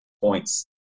points